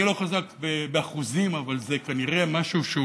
אני לא חזק באחוזים, אבל זה כנראה משהו שהוא